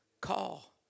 call